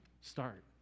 Start